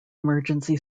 emergency